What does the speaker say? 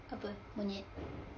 apa monyet